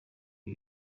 ibi